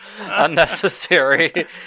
unnecessary